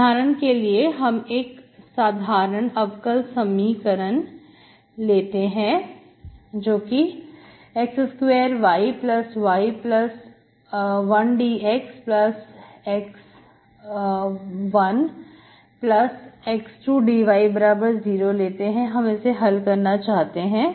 उदाहरण के लिए हम एक साधारण अबकल समीकरण x2yy1dx x1x2dy0 लेते हैं हम इसे हल करना चाहते हैं